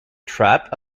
trapped